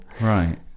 Right